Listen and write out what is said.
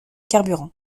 carburant